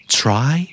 try